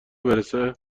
برسه